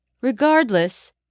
Regardless